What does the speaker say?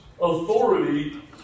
authority